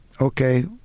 okay